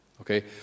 Okay